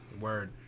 Word